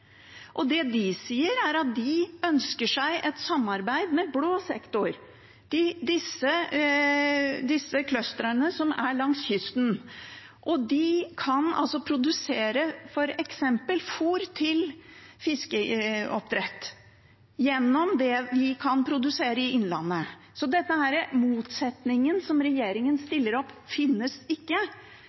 Det de sier, er at de ønsker seg et samarbeid med blå sektor, disse klyngene som er langs kysten. De kan altså produsere f.eks. fôr til fiskeoppdrett av det man kan produsere i Innlandet. Så den motsetningen regjeringen stiller opp, finnes ikke.